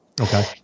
Okay